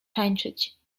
tańczyć